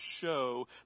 show